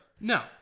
No